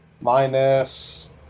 Minus